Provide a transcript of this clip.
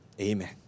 Amen